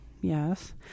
Yes